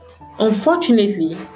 Unfortunately